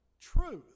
truth